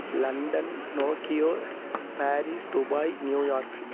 London Tokyo Paris Dubai New York